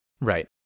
right